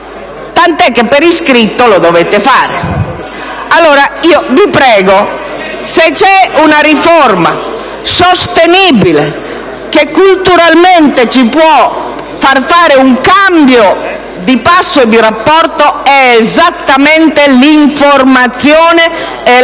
Tant'è che per iscritto già lo dovete fare. Vi prego allora: se c'è una riforma sostenibile che culturalmente ci può far fare un cambio di passo e di rapporto è esattamente quella dell'informazione e della